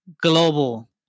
global